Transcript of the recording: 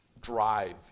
drive